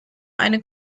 eine